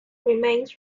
remains